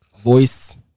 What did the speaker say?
Voice